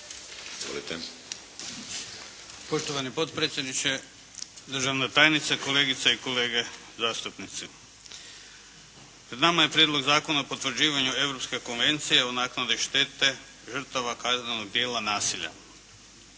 (HDZ)** Poštovani potpredsjedniče, državna tajnice, kolegice i kolege zastupnici. Pred nama je Prijedlog zakona o potvrđivanju Europske konvencije o naknadi štete žrtvama kaznenog djela nasilja.